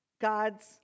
God's